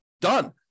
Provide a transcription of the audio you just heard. Done